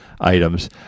items